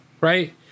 Right